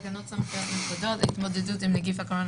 תקנות סמכויות מיוחדות להתמודדות עם נגיף הקורונה